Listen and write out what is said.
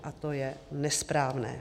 A to je nesprávné.